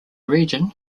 region